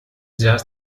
just